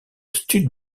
stud